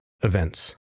events